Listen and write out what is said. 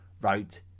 wrote